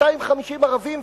250 ערבים,